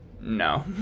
No